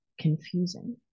confusing